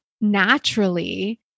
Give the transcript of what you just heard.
naturally